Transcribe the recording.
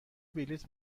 بلیط